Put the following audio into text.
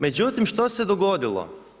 Međutim što se dogodilo?